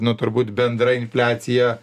nu turbūt bendra infliacija